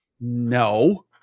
No